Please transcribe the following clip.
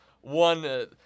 one—